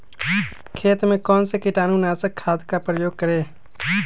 खेत में कौन से कीटाणु नाशक खाद का प्रयोग करें?